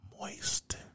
moist